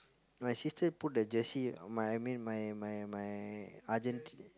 my sister put the jersey my I mean my my my Argent~